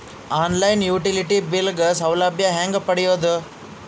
On line utility bill ಗ ಸೌಲಭ್ಯ ಹೇಂಗ ಪಡೆಯೋದು?